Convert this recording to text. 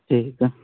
ٹھیک ہے